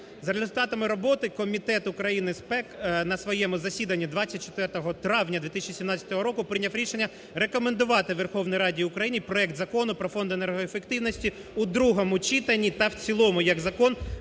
За результатами роботи Комітет України з ПЕК на своєму засіданні 24 травня 2017 року прийняв рішення рекомендувати Верховній Раді України проект Закону про Фонд енергоефективності у другому читанні та в цілому як закон